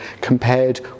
compared